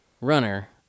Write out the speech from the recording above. runner